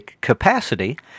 capacity